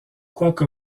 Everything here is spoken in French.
quoique